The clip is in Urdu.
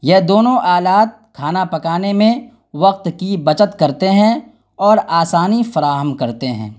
یہ دونوں آلات کھانا پکانے میں وقت کی بچت کرتے ہیں اور آسانی فراہم کرتے ہیں